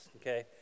okay